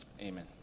Amen